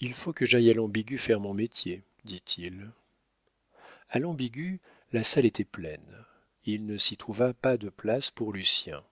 il faut que j'aille à l'ambigu faire mon métier dit-il a l'ambigu la salle était pleine il ne s'y trouva pas de place pour lucien